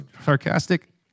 sarcastic